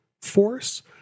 force